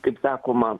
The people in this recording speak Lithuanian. kaip sakoma